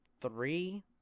three